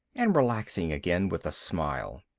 and relaxing again with a smile.